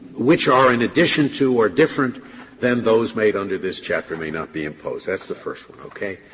which are in addition to or different than those made under this chapter may not be imposed. that's the first one, okay?